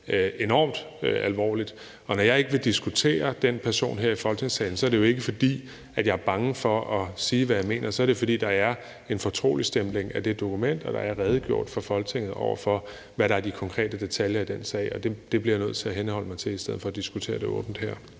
enormt alvorligt. Og når jeg ikke vil diskutere den person her i Folketingssalen, er det jo ikke, fordi jeg er bange for at sige, hvad jeg mener, men så er det, fordi der er en fortroligstempling af det dokument, og der er redegjort over for Folketinget for, hvad der er de konkrete detaljer i den sag. Det bliver jeg nødt til at henholde mig til i stedet for at diskutere det åbent her.